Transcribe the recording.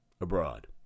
abroad